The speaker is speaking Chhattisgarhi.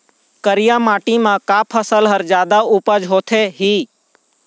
करिया माटी म का फसल हर जादा उपज होथे ही?